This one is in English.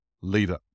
leader